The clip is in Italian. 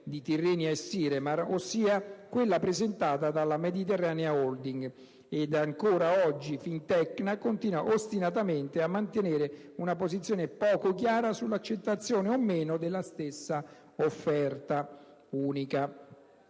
di Tirrenia e Siremar - ossia quella presentata dalla Mediterranea Holding - ed ancora oggi Fintecna continua ostinatamente a mantenere una posizione poco chiara sull'accettazione o meno della stessa unica